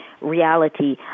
reality